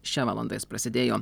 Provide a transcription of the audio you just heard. šią valandą jis prasidėjo